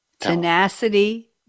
Tenacity